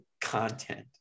content